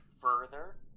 further